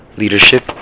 leadership